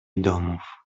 domów